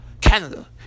Canada